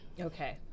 Okay